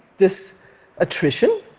this attrition,